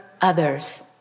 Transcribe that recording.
others